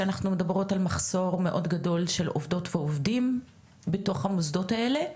שאנחנו מדברות על מחסור מאוד גדול של עובדות ועובדים בתוך המוסדות האלה,